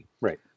Right